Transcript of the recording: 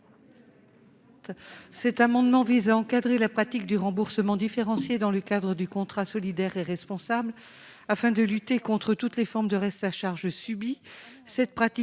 Cet amendement vise à encadrer la pratique du remboursement différencié dans le cadre du contrat solidaire et responsable afin de lutter contre toutes les formes de reste à charge subies.